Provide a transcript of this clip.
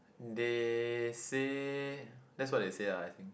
they say that's what they say lah I think